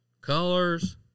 colors